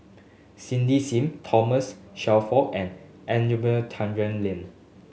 Cindy Sim Thomas Shelford and Tjendri Liew